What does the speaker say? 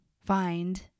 find